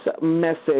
message